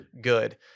good